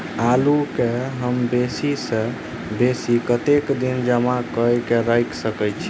आलु केँ हम बेसी सऽ बेसी कतेक दिन जमा कऽ क राइख सकय